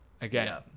again